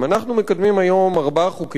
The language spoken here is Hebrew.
אנחנו מקדמים היום ארבעה חוקים.